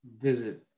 visit